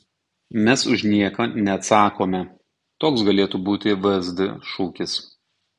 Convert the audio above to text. mes už nieką neatsakome toks galėtų būti vsd šūkis